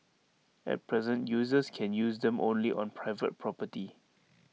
at present users can use them only on private property